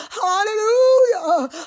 hallelujah